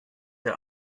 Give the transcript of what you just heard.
der